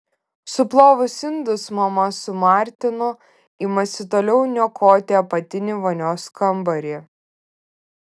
suplovus indus mama su martinu imasi toliau niokoti apatinį vonios kambarį